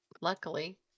Luckily